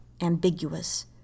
ambiguous